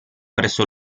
presso